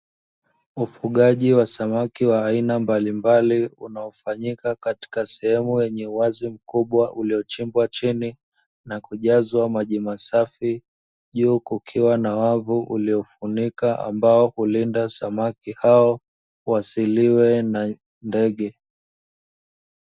Ufugaji wa samaki wa aina mbalibali unao fanyika katika sehemu yenye uwazi mkubwa ulio chibwa chini na kujazwa maji masafi, juu kukiwa na wavu ulio funika ambao hulinda samaki hao wasiliwe na ndege.